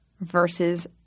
versus